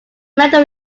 medal